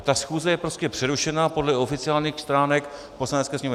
Ta schůze je prostě přerušena podle oficiálních stránek Poslanecké sněmovny.